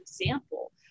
example